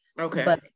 okay